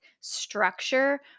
structure